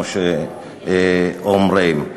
כמו שאומרים.